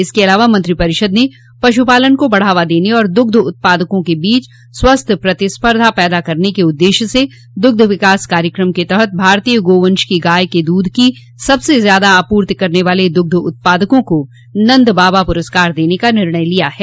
इसके अलावा मंत्रिपरिषद ने पशुपालन को बढ़ावा देने और दुग्ध उत्पादकों के बीच स्वस्थ्य प्रतिस्पर्धा पैदा करने के उद्देश्य से दुग्ध विकास कार्यक्रम के तहत भारतीय गोवंश की गाय के दूध की सबसे ज्यादा आपूर्ति करने वाले दुग्ध उत्पादकों को नन्दबाबा पुरस्कार देने का निर्णय लिया है